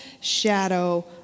shadow